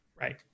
Right